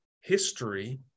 history